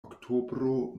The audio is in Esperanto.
oktobro